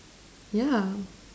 yeah